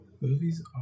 Movies